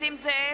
נסים זאב,